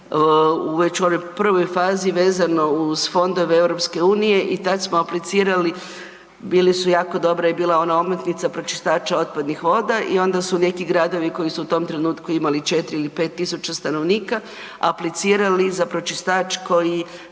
već u onoj prvoj fazi vezano uz Fondove EU i tad smo aplicirali, bili su jako dobre i bila je ona omotnica pročistača otpadnih voda i onda su neki gradovi koji su u tom trenutku imali 4 ili 5000 stanovnika aplicirali za pročistač koji